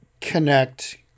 connect